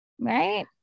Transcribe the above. right